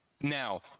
Now